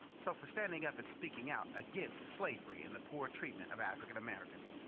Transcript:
so for standing up and speaking out against slavery and the poor treatment of african americans,